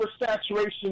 oversaturation